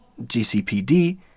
GCPD